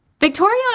victoria